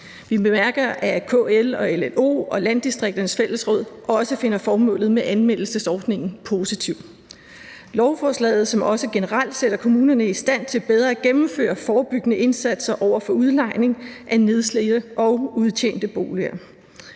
Vi bemærker, at KL og LLO og Landdistrikternes Fællesråd også finder formålet med anmeldelsesordningen positiv. Det er et lovforslag, som også generelt sætter kommunerne i stand til bedre at gennemføre forebyggende indsatser over for udlejning af nedslidte og udtjente boliger.